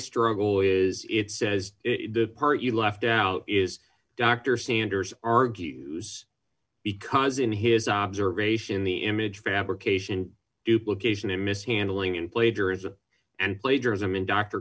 struggle is it says the part you left out is dr sanders argues because in his observation the image fabrication duplication and mishandling in plagiarism and plagiarism